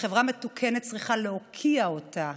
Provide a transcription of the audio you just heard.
שחברה מתוקנת צריכה להוקיע אותה,